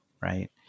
right